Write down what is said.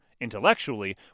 Intellectually